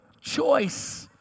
choice